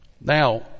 Now